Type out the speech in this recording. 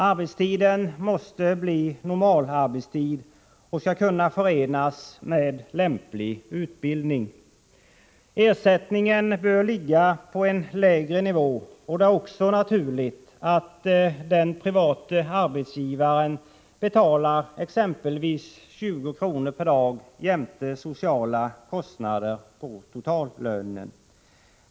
Arbetstiden måste bli normalarbetstid och skall kunna förenas med lämplig utbildning. Ersättningen bör ligga på en lägre nivå, och det är också naturligt att den privata arbetsgivaren betalar exempelvis 20 kr. per dag jämte sociala kostnader på totallönen.